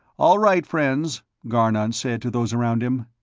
all right, friends, garnon said to those around him.